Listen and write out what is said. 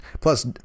Plus